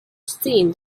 seen